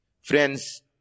Friends